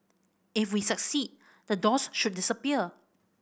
if we succeed the doors should disappear